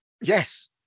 Yes